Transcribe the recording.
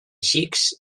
xics